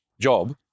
job